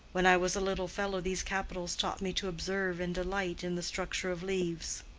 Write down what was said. when i was a little fellow these capitals taught me to observe and delight in the structure of leaves.